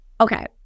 Okay